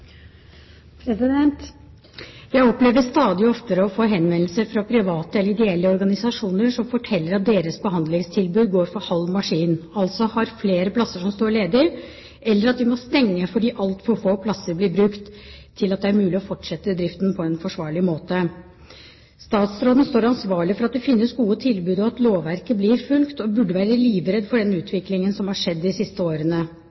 for halv maskin, altså har flere plasser som står ledig, eller at de må stenge fordi altfor få plasser blir brukt til at det er mulig å fortsette driften på en forsvarlig måte. Statsråden står ansvarlig for at det finnes gode tilbud og at lovverket blir fulgt, og burde være livredd for den